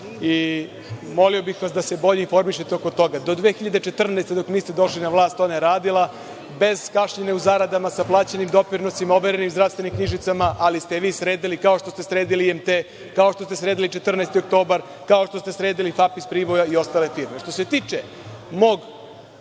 Molio bih vas da se bolje informišete oko toga. Do 2014. godine, dok niste došli na vlast, ona je radila bez kašnjenja u zaradama, sa plaćenim doprinosima, overenim zdravstvenim knjižicama, ali ste je vi sredili, kao što ste sredili IMT, kao što ste sredili „14. oktobar“, kao što ste sredili FAP iz Priboja i ostale firme. Što se tiče mog